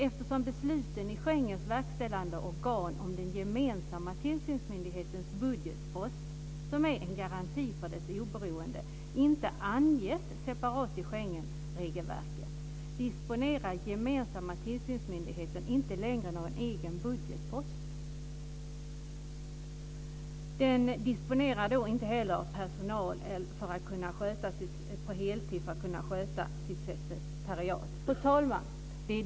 Eftersom besluten i Schengens verkställande organ om den gemensamma tillsynsmyndighetens budgetpost, som är en garanti för dess oberoende, inte anges separat i Schengenregelverket disponerar den gemensamma tillsynsmyndigheten inte längre någon egen budgetpost. Den disponerar inte heller personal på heltid för att kunna sköta sitt sekretariat. Fru talman!